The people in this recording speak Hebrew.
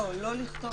לא לכתוב "ככל האפשר".